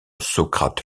socrate